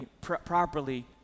properly